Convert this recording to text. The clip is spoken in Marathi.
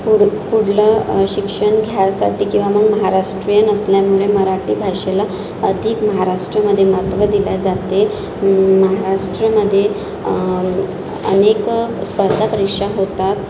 पूड पुढलं शिक्षण घ्यासाठी किंवा मग महाराष्ट्रीयन असल्यामुळे मराटी भाषेला अधिक महाराष्ट्रमध्ये महत्व दिल्या जाते महाराष्ट्रमध्ये अनेक स्पर्धा परीक्षा होतात